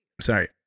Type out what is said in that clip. Sorry